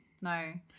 No